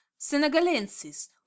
senegalensis